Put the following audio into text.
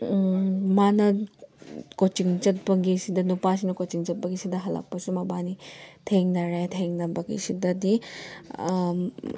ꯃꯥꯅ ꯀꯣꯆꯤꯡ ꯆꯠꯄꯒꯤꯁꯤꯗ ꯅꯨꯄꯥꯁꯤꯅ ꯀꯣꯆꯤꯡ ꯆꯠꯄꯒꯤꯁꯤꯗ ꯍꯜꯂꯛꯄꯁꯦ ꯃꯕꯥꯟꯅꯤ ꯊꯦꯡꯅꯔꯦ ꯊꯦꯡꯅꯕꯒꯤꯁꯤꯗꯗꯤ